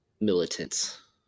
militants